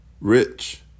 rich